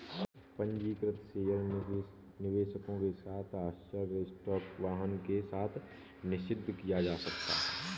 पंजीकृत शेयर निवेशकों के साथ आश्चर्य स्टॉक वाहन के साथ निषिद्ध किया जा सकता है